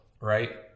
right